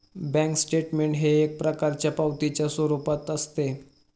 bank statement हे एक प्रकारच्या पावतीच्या स्वरूपात असते